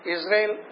Israel